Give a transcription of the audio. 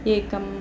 एकम्